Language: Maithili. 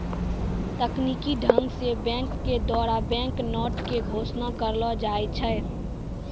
तकनीकी ढंग से बैंक के द्वारा बैंक नोट के घोषणा करलो जाय छै